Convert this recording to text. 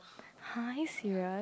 !huh! are you serious